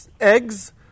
eggs